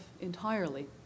entirely